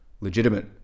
legitimate